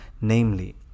namely